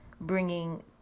bringing